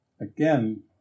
again